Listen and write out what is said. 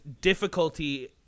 difficulty